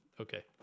okay